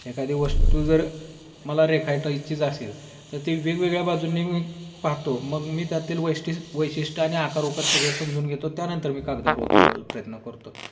एखादी वस्तू जर मला रेखाटायचीच असेल तर ती वेगवेगळ्या बाजूनी मी पाहतो मग मी त्यातील वैशिष्ट वैशिष्ट आणि आकार उकार सगळं समजून घेतो त्यानंतर मी कागदावर उतरायला प्रयत्न करतो